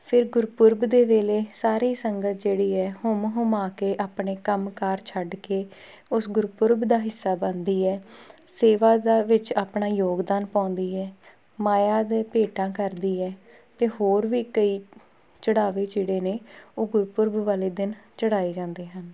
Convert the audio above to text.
ਫਿਰ ਗੁਰਪੁਰਬ ਦੇ ਵੇਲੇ ਸਾਰੀ ਸੰਗਤ ਜਿਹੜੀ ਹੈ ਹੁੰਮ ਹੁਮਾ ਕੇ ਆਪਣੇ ਕੰਮ ਕਾਰ ਛੱਡ ਕੇ ਉਸ ਗੁਰਪੁਰਬ ਦਾ ਹਿੱਸਾ ਬਣਦੀ ਹੈ ਸੇਵਾ ਦਾ ਵਿੱਚ ਆਪਣਾ ਯੋਗਦਾਨ ਪਾਉਂਦੀ ਹੈ ਮਾਇਆ ਦੇ ਭੇਟਾ ਕਰਦੀ ਹੈ ਅਤੇ ਹੋਰ ਵੀ ਕਈ ਚੜਾਵੇ ਜਿਹੜੇ ਨੇ ਉਹ ਗੁਰਪੁਰਬ ਵਾਲੇ ਦਿਨ ਚੜਾਏ ਜਾਂਦੇ ਹਨ